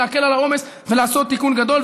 להקל על העומס ולעשות תיקון גדול,